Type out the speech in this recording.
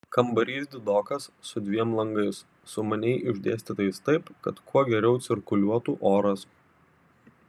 kambarys didokas su dviem langais sumaniai išdėstytais taip kad kuo geriau cirkuliuotų oras